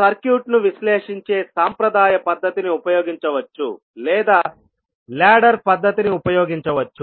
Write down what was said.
సర్క్యూట్ను విశ్లేషించే సంప్రదాయ పద్ధతిని ఉపయోగించవచ్చు లేదా లాడర్ పద్ధతిని ఉపయోగించవచ్చు